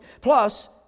Plus